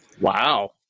Wow